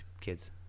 kids